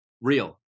Real